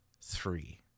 three